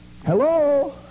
Hello